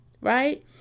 right